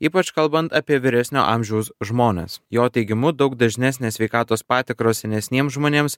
ypač kalbant apie vyresnio amžiaus žmones jo teigimu daug dažnesnės sveikatos patikros senesniems žmonėms